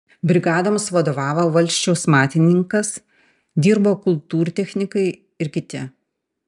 brigadoms vadovavo valsčiaus matininkas dirbo kultūrtechnikai ir kiti